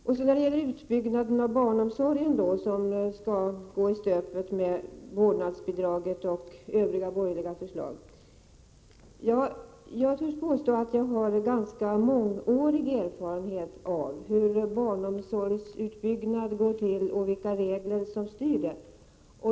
När det gäller påståendet om att utbyggnaden av barnomsorgen skulle gå i stöpet, om vårdnadsbidraget och övriga borgerliga förslag genomfördes, vill jag påstå att jag har ganska mångårig erfarenhet av hur barnomsorgsutbyggnaden går till och vilka regler som styr den.